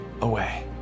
away